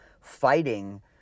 fighting